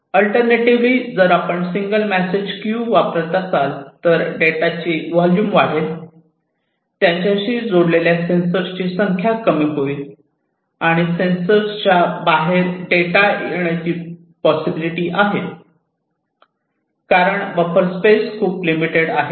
alternatively जर आपण single message queue वापरत असाल तर डेटाची वोल्युम वाढेल त्यांच्याशी जोडलेल्या सेन्सरची संख्या कमी होईल आणि सेन्सरच्या बाहेर डेटा येण्याची पॉसिबल आहे कारण बफर स्पेस खूप लिमिटेड आहे